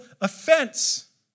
offense